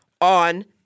on